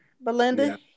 belinda